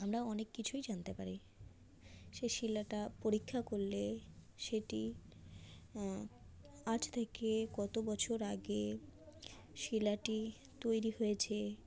আমরা অনেক কিছুই জানতে পারি সেই শিলাটা পরীক্ষা করলে সেটি আজ থেকে কত বছর আগে শিলাটি তৈরি হয়েছে